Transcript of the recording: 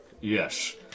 Yes